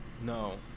no